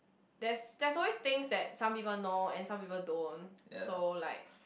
there's there's always things that some people know and some people don't so like